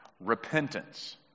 repentance